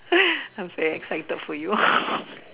I very excited for you